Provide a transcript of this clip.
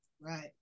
Right